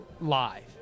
live